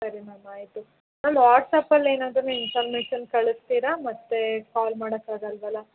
ಸರಿ ಮ್ಯಾಮ್ ಆಯಿತು ಮ್ಯಾಮ್ ವಾಟ್ಸಾಪಲ್ಲಿ ಏನಾದರೂ ನೀವು ಇನ್ಫಾರ್ಮೇಷನ್ ಕಳಿಸ್ತೀರಾ ಮತ್ತೆ ಕಾಲ್ ಮಾಡೋಕ್ಕಾಗಲ್ವಲ್ಲ